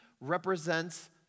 represents